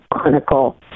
clinical